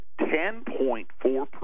10.4%